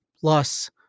plus